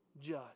judge